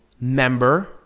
member